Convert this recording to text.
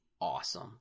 awesome